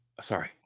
Sorry